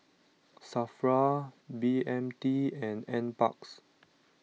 Safra B M T and NParks